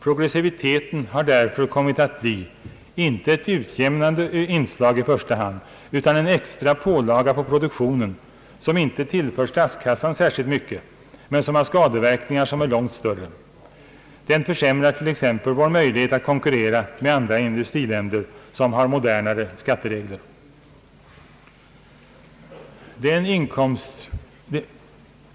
Progressiviteten har därför kommit att bli inte i första hand ett utjämnande inslag, utan en extra pålaga på produktionen, en pålaga som inte tillför statskassan särskilt mycket men som har skadeverkningar av långt större omfattning. Den försämrar t.ex. vår möjlighet att konkurrera med andra industriländer som har modernare skatteregler.